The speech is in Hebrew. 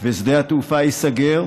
ושדה התעופה ייסגר,